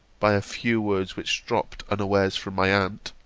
by a few words which dropt unawares from my aunt,